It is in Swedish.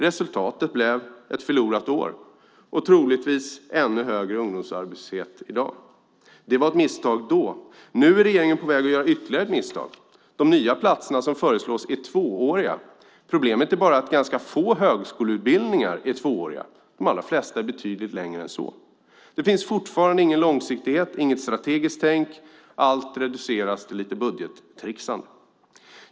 Resultatet blev ett förlorat år och troligtvis ännu högre ungdomsarbetslöshet i dag. Det var ett misstag då. Nu är regeringen på väg att göra ytterligare ett misstag. De nya platser som föreslås är tvååriga. Problemet är att ganska få högskoleutbildningar är tvååriga. De allra flesta är betydligt längre än så. Det finns fortfarande ingen långsiktighet, inget strategiskt tänk. Allt reduceras till lite budgettricksande.